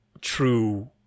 true